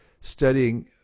studying